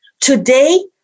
Today